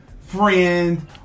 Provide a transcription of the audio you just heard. friend